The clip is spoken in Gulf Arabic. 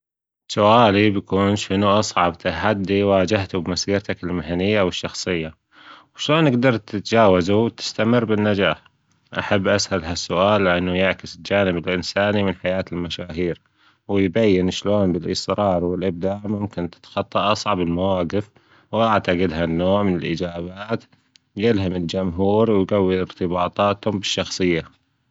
سؤالي بيكون شنوا أصعب تحدى واجهتة بحياتك ألمهنية والشخصية وشلون جدرت تتجاوزة وتستمر بالنجاح أحب اسال ها ألسؤال لانة يعكس ألجانب ألانسانى من حياة ألمشاهير ويبين ايش لون بالأصرار وألابداع ممكن تتخطى اصعب المواجف وأعتقد ها ألنوع من ألاجابات يلهم ألجمهور ويجوي أرتباطاتهم الشخصية